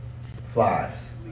flies